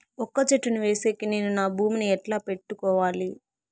వక్క చెట్టును వేసేకి నేను నా భూమి ని ఎట్లా పెట్టుకోవాలి?